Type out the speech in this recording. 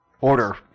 order